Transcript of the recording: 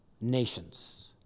nations